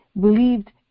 believed